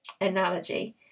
analogy